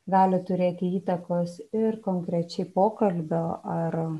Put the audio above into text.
gali turėti įtakos ir konkrečiai pokalbio ar